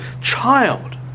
child